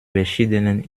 verschiedenen